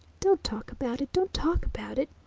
don't talk about it, don't talk about it!